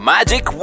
Magic